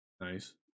Nice